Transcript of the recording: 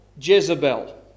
Jezebel